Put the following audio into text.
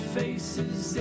faces